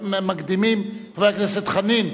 חבר הכנסת חנין,